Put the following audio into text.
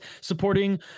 supporting